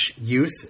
youth